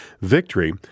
Victory